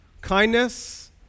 kindness